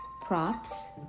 props